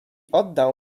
oddał